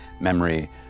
memory